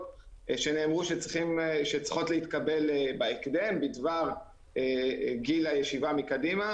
שצריכות להתקבל בהקדם בדבר גיל הישיבה מקדימה.